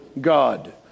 God